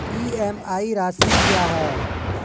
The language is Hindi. ई.एम.आई राशि क्या है?